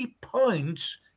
points